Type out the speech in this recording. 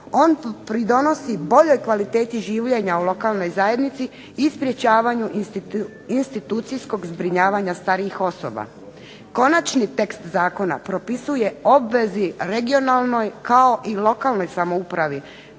On pridonosi boljoj kvaliteti življenja u lokalnoj zajednici i sprječavanju institucijskog zbrinjavanja starijih osoba. Konačni tekst zakona propisuje obvezi regionalnoj kao i lokalnoj samoupravi